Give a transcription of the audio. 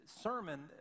sermon